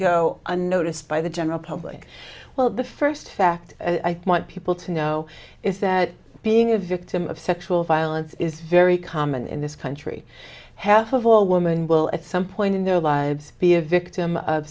go unnoticed by the general public well the first fact i want people to know is that being a victim of sexual violence is very common in this country half of all women will at some point in their lives be a victim of